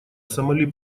сомали